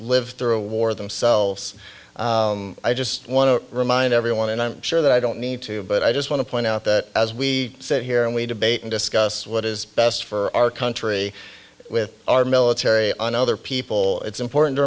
lived through a war themselves i just want to remind everyone and i'm sure that i don't need to but i just want to point out that as we sit here and we debate and discuss what is best for our country with our military and other people it's important to